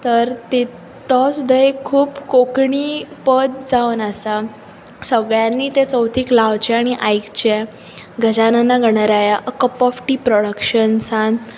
तर ते तो सुद्दा एक खूब कोंकणी पद जावन आसा सगळ्यांनी तें चवथीक लावचें आनी आयकचें Gajanana Ganaraya a cup of tea प्रोडकशन्सान